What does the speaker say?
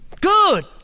good